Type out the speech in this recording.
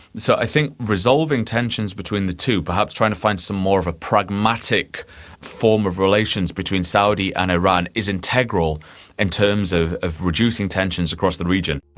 so i think resolving tensions between the two, perhaps trying to find some more of a pragmatic form of relations between saudi and iran is integral in and terms of of reducing tensions across the region.